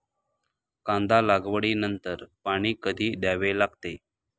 कांदा लागवडी नंतर पाणी कधी द्यावे लागते?